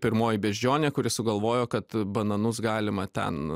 pirmoji beždžionė kuri sugalvojo kad bananus galima ten